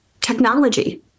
technology